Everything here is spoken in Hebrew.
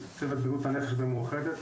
צוות בריאות הנפש במאוחדת